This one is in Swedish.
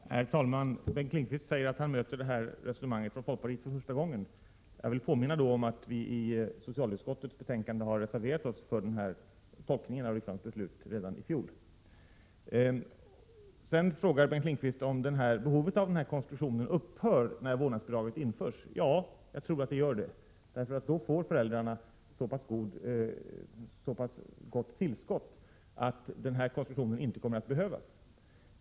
Herr talman! Bengt Lindqvist säger att han möter detta resonemang från folkpartiet för första gången. Jag vill påminna om att vi i socialutskottets betänkande har reserverat oss för den här tolkningen av riksdagens beslut redan i fjol. Sedan frågar Bengt Lindqvist om behovet av denna konstruktion upphör när vårdnadsbidraget införs. Ja, jag tror att det gör det. Då får föräldrarna ett så pass gott tillskott att denna konstruktion inte kommer att behövas.